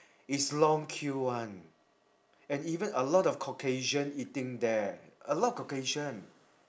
it's long queue one and even a lot of caucasian eating there a lot caucasian